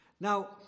Now